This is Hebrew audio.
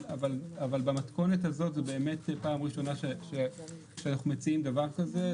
אבל במתכונת הזאת זו באמת פעם ראשונה שאנחנו מציעים דבר כזה.